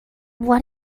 what